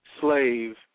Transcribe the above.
slave